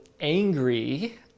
angry